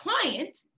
client